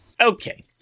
Okay